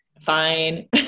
fine